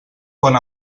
pon